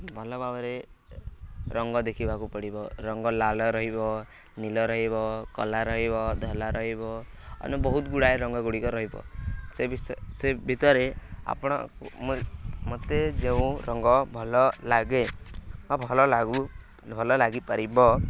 ଭଲ ଭାବରେ ରଙ୍ଗ ଦେଖିବାକୁ ପଡ଼ିବ ରଙ୍ଗ ଲାଲ ରହିବ ନୀଳ ରହିବ କଳା ରହିବ ଧଳା ରହିବ ଅନ୍ୟ ବହୁତ ଗୁଡ଼ାଏ ରଙ୍ଗ ଗୁଡ଼ିକ ରହିବ ସେ ସେ ଭିତରେ ଆପଣ ମୋତେ ଯେଉଁ ରଙ୍ଗ ଭଲ ଲାଗେ ବା ଭଲ ଲାଗୁ ଭଲ ଲାଗିପାରିବ